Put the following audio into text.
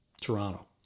Toronto